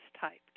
type